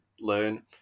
learn